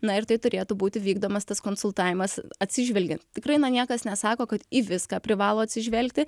na ir tai turėtų būti vykdomas tas konsultavimas atsižvelgiant tikrai na niekas nesako kad į viską privalo atsižvelgti